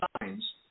signs